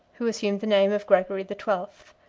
who assumed the name of gregory the twelfth.